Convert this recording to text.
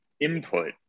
input